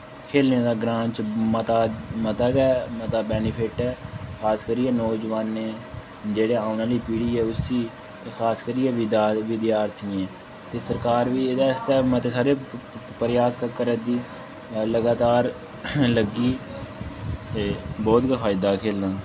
खेढने दा ग्रांऽ च मता मता गै मता बैनीफिट ऐ खास करियै नौजोआने जेह्ड़े औने आह्ली पीढ़ी ऐ उसी खास करियै विद्यार्थियें गी ते सरकार बी एह्दे आस्तै मते हारे प्रयास करै दी लगातार लग्गी दी ते बहुत गै फायदा ऐ खेढने दा